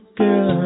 girl